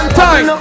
time